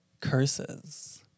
curses